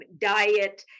diet